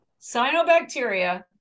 Cyanobacteria